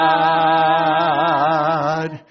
God